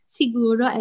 siguro